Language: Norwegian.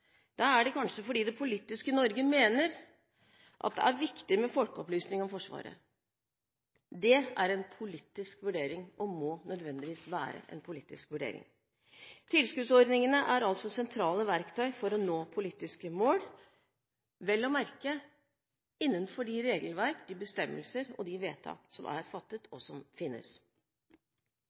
er det kanskje fordi det politiske Norge mener at det er viktig med folkeopplysning om Forsvaret. Det er en politisk vurdering – og må nødvendigvis være en politisk vurdering. Tilskuddsordningene er altså sentrale verktøy for å nå politiske mål, vel å merke innenfor de regelverk, de bestemmelser og de vedtak som er fattet, og som finnes.